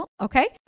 Okay